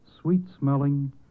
sweet-smelling